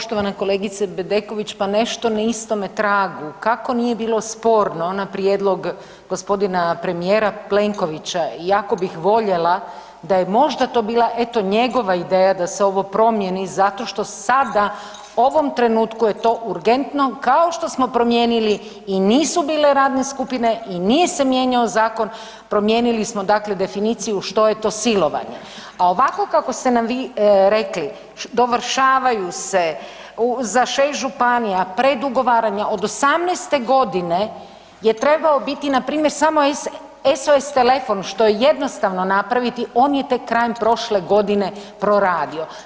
Poštovana kolegice Bedeković, pa nešto na istome tragu, kako nije bilo sporno, ona prijedlog g. premijera Plenkovića i jako bih voljela da je možda to bila eto, njegova ideja da se ovo promijeni zato što sada ovom trenutku je to urgentno kao što smo promijenili i nisu bile radne skupine i nije se mijenjao zakon, promijeni smo, dakle definiciju što je to silovanje, a ovako kako ste nam vi rekli, dovršavaju se, u za 6 županija, predugovaranja, od '18. g. je trebao biti, npr. samo SOS telefon, što je jednostavno napraviti, on je tek krajem prošle godine proradio.